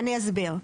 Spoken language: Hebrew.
אני אסביר.